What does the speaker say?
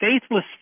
faithless